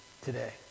today